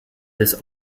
this